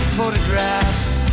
photographs